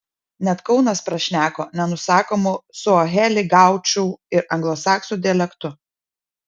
net kaunas prašneko nenusakomu suaheli gaučų ir anglosaksų dialektu